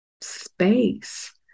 space